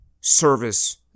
service